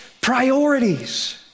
priorities